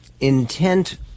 intent